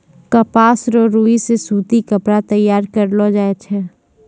कपास रो रुई से सूती कपड़ा तैयार करलो जाय छै